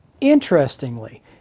Interestingly